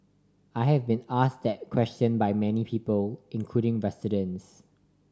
I have been ask that question by many people including residents